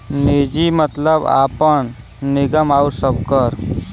निजी मतलब आपन, निगम आउर सबकर